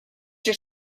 your